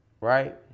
right